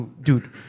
Dude